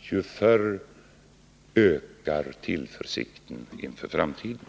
ju förr ökar tillförsikten inför framtiden.